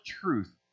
truth